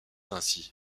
ainsi